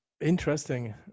Interesting